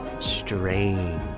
strange